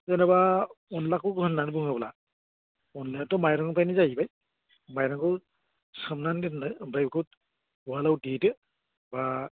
जेनेबा अनलाखौ होननानै बुङोब्ला अनलायाथ' माइरंनिफ्रायनो जाहैबाय माइरंखौ सोमनानै दोननो ओमफ्राय बेखौ उवालआव देदो बा